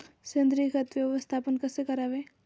सेंद्रिय खत व्यवस्थापन कसे करावे?